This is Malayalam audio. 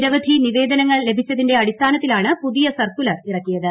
നിരവധി നിവേദനങ്ങൾ ലഭിച്ചതിന്റെ അടിസ്ഥാനത്തിലാണ് പുതിയ സർക്കുലർ ഇറക്കിയത്